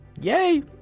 yay